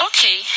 Okay